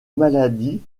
maladie